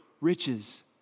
riches